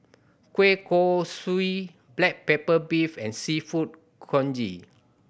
kueh kosui black pepper beef and Seafood Congee